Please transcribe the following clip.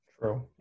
True